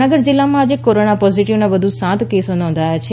જામનગર જીલ્લામાં આજે કોરોના પોઝીટીવના વધુ સાત કેસો નોંધાયા છે